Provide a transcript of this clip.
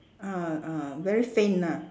ah ah very faint ah